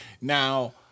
Now